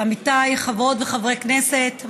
עמיתיי חברות וחברי כנסת,